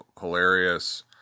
hilarious